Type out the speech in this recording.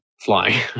flying